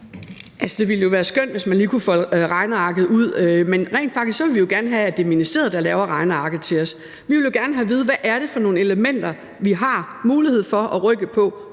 det ville jo være skønt, hvis man lige kunne folde regnearket ud. Men rent faktisk vil vi jo gerne have, at det er ministeriet, der laver regnearket til os. Vi vil jo gerne have at vide, hvad det er for nogle elementer, vi har mulighed for at rykke på